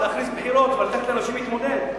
להכריז על בחירות ולתת לאנשים להתמודד.